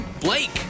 Blake